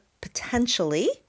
potentially